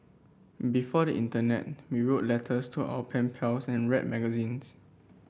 before the internet we wrote letters to our pen pals and read magazines